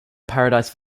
paradise